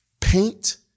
paint